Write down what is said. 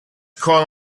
call